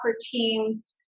teams